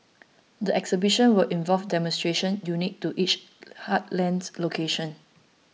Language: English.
the exhibitions will involve demonstrations unique to each heartland location